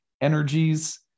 energies